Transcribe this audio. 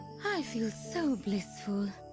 i feel so blissful.